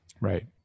Right